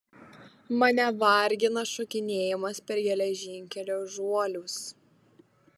mane vargina šokinėjimas per geležinkelio žuolius